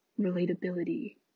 relatability